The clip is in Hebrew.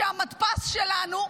כשהמתפ"ש שלנו,